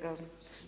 kolega